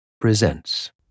presents